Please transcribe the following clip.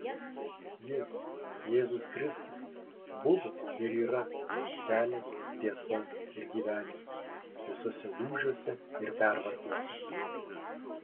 jis jėzus kristus buvo ir yra kelias tiesa ir gyvenimas visuose lūžiuose ir pervartose